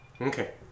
Okay